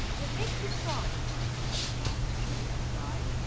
it makes you sorry for a man, when all his children have died,